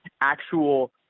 actual